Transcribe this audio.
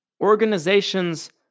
Organizations